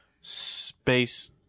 Space